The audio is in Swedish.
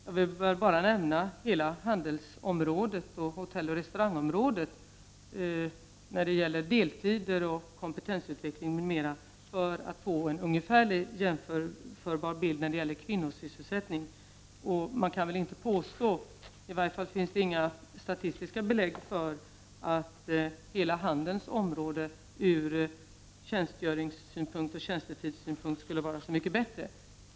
Jag vill bara nämna hela handelsområdet och hotelloch restaurangområdet för att få en ungefärligt jämförbar bild av deltider, kompetensutveckling m.m. när det gäller kvinnosysselsättningen. Man kan inte påstå, i varje fall finns inga statistiska belägg, att hela handelsområdet ur tjänstgöringsoch tjänstetidssynpunkt skulle vara så mycket bättre.